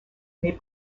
may